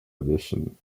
addition